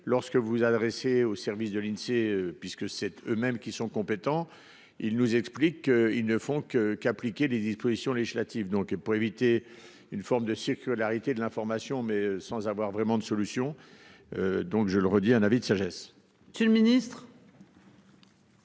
lorsque vous vous adressez au service de l'Insee puisque cette eux-mêmes qui sont compétents, ils nous expliquent qu'ils ne font que qu'appliquer les dispositions législatives donc et pour éviter une forme de circularité. De l'information mais sans avoir vraiment de solution. Donc je le redis, un avis de sagesse. Si le ministre.